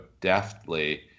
deftly